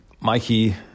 mikey